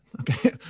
okay